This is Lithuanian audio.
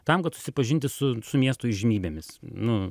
tam kad susipažinti su su miesto įžymybėmis nu